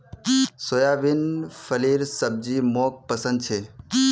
soybean फलीर सब्जी मोक पसंद छे